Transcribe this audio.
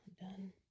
Done